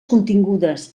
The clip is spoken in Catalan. contingudes